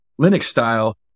Linux-style